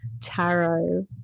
Tarot